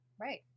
right